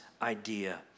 idea